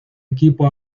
equipo